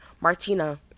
Martina